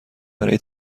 برای